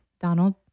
Donald